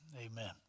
amen